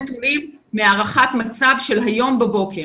אנחנו יכולים לשלוח נתונים מהערכת מצב של היום בבוקר.